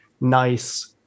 nice